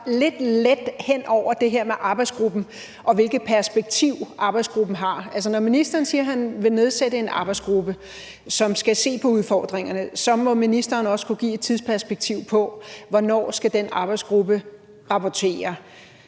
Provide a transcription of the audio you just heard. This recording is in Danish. lidt let hen over det her med arbejdsgruppen, og hvilket perspektiv arbejdsgruppen har. Når ministeren siger, at han vil nedsætte en arbejdsgruppe, som skal se på udfordringerne, må ministeren også kunne give tidsperspektiv på, hvornår den arbejdsgruppe skal afrapportere